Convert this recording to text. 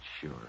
sure